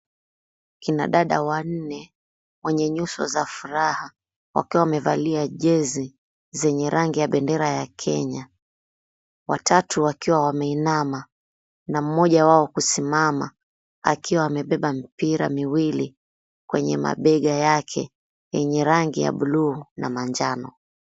Kina dada wanne wenye nyuso za furaha wakiwa wamevalia jezi zenye rangi ya bendera ya Kenya. Watatu wakiwa wameinama na mmoja wao kusimama akiwa amebeba mipira miwili kwenye mabega yake yenye rangi ya buluu na manjano.